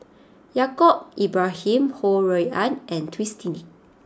Yaacob Ibrahim Ho Rui An and Twisstii